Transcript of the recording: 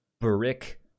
brick